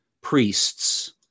priests